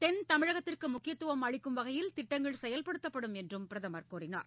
தென்தமிழகத்திற்கு முக்கியத்துவம் அளிக்கும் வகையில் திட்டங்கள் செயல்படுத்தப்படும் என்று பிரதமர் தெரிவித்தார்